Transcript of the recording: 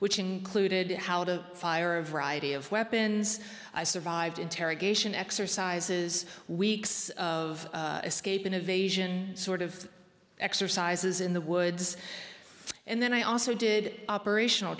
which included how to fire a variety of weapons i survived interrogation exercises weeks of escape and evasion sort of exercises in the woods and then i also did operational